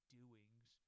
doings